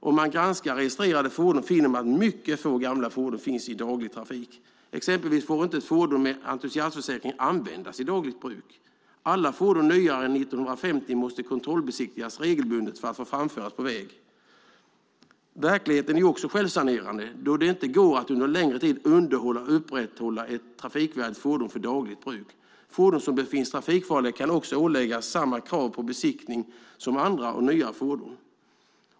Om man granskar registrerade fordon finner man att mycket få gamla fordon finns i daglig trafik. Exempelvis får inte ett fordon med entusiastförsäkring användas i dagligt bruk. Alla fordon nyare än 1950 måste kontrollbesiktigas regelbundet för att få framföras på väg. Verkligheten är också självsanerande då det inte går att under längre tid underhålla och upprätthålla ett trafikvärdigt fordon för dagligt bruk. Fordon som befinns trafikfarliga kan också åläggas samma krav på besiktning som andra nyare fordon.